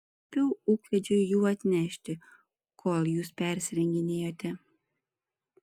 liepiau ūkvedžiui jų atnešti kol jūs persirenginėjote